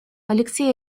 алексей